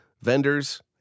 vendors